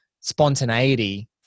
spontaneity